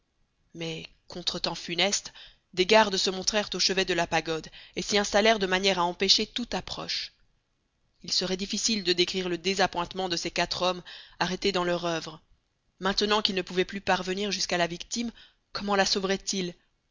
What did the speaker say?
mais contretemps funeste des gardes se montrèrent au chevet de la pagode et s'y installèrent de manière à empêcher toute approche il serait difficile de décrire le désappointement de ces quatre hommes arrêtés dans leur oeuvre maintenant qu'ils ne pouvaient plus parvenir jusqu'à la victime comment la